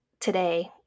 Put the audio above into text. today